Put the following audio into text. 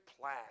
plan